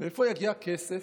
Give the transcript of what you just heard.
מאיפה יגיע הכסף?